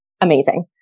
amazing